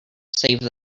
save